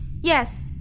Yes